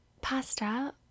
pasta